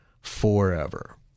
forever